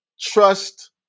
trust